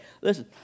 Listen